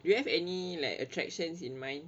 you have any like attractions in mind